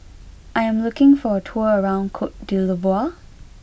I am looking for a tour around Cote d'Ivoire